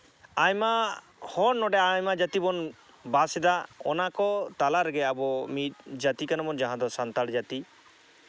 ᱟᱭᱢᱟ ᱦᱚᱲ ᱱᱚᱰᱮ ᱟᱭᱢᱟ ᱡᱟᱹᱛᱤ ᱵᱚᱱ ᱵᱟᱥ ᱮᱫᱟ ᱚᱱᱟ ᱠᱚ ᱛᱟᱞᱟ ᱨᱮᱜᱮ ᱟᱵᱚ ᱢᱤᱫ ᱡᱟᱹᱛᱤ ᱠᱟᱱᱟᱵᱚᱱ ᱡᱟᱦᱟᱸ ᱫᱚ ᱥᱟᱱᱛᱟᱲ ᱡᱟᱹᱛᱤ